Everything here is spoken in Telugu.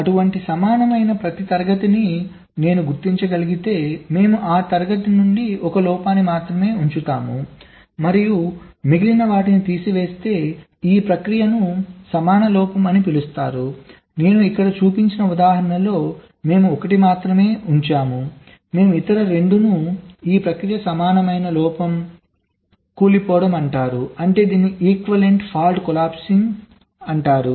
అటువంటి సమానమైన ప్రతి తరగతిని నేను గుర్తించగలిగితే మేము ఆ తరగతి నుండి 1 లోపాన్ని మాత్రమే ఉంచుతాము మరియు మిగిలిన వాటిని తీసివేస్తే ఈ ప్రక్రియను సమాన లోపం అని పిలుస్తారు నేను ఇక్కడ చూపించిన ఉదాహరణలో మేము 1 మాత్రమే ఉంచాము మేము ఇతర 2 ఈ ప్రక్రియను సమానమైన లోపం కూలిపోవడం అంటారు